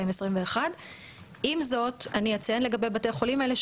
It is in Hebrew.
2021. עם זאת אני אציין לגבי בתי החולים האלה,